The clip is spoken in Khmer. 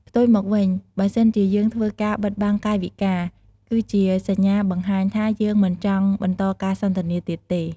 ផ្ទុយមកវិញ បើសិនជាយើងធ្វើការបិតបាំងកាយវិការ គឺជាសញ្ញាបង្ហាញថាយើងមិនចង់បន្តការសន្ទនាទៀតទេ។